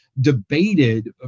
debated